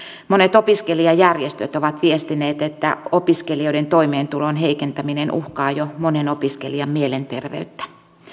monet opiskelijajärjestöt ovat viestineet että opiskelijoiden toimeentulon heikentäminen uhkaa jo monen opiskelijan mielenterveyttä